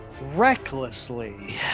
Recklessly